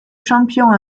champion